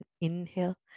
Inhale